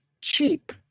cheap